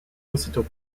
aussitôt